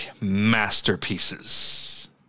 masterpieces